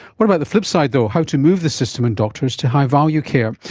what about the flipside though? how to move the system and doctors to high-value care?